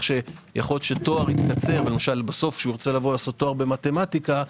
יכול להיות שתואר יתקצר בסוף כשירצה לעשות את התואר במתמטיקה,